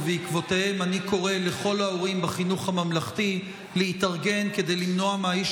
ובעקבותיהם אני קורא לכל ההורים בחינוך הממלכתי להתארגן כדי למנוע מהאיש